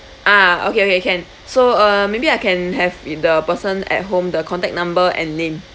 ah okay okay can so uh maybe I can have i~ the person at home the contact number and name